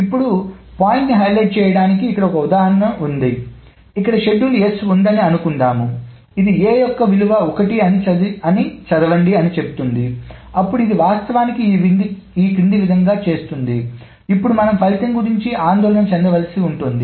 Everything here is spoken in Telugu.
ఇప్పుడు పాయింట్ను హైలైట్ చేయడానికి ఇక్కడ ఒక ఉదాహరణ ఉంది ఇక్కడ షెడ్యూల్ S ఉందని అనుకుందాం ఇది a యొక్క విలువ 1 చదవండి అని చెప్తుంది అప్పుడు ఇది వాస్తవానికి ఈ క్రింది ఈ విధముగా చేస్తుంది ఇప్పుడు మనం ఫలితం గురించి ఆందోళన చెందవలసి ఉంటుంది